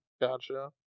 Gotcha